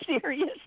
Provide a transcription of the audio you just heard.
serious